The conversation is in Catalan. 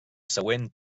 següent